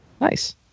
Nice